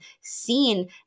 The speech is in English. seen